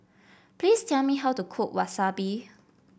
please tell me how to cook Wasabi